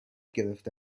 گرفته